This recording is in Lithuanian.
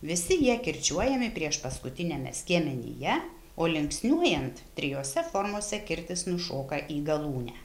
visi jie kirčiuojami priešpaskutiniame skiemenyje o linksniuojant trijose formose kirtis nušoka į galūnę